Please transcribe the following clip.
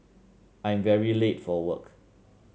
I'm very late for work